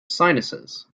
sinuses